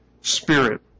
spirit